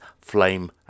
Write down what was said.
Flame